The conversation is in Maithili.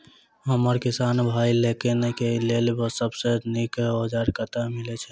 हमरा किसान भाई लोकनि केँ लेल सबसँ नीक औजार कतह मिलै छै?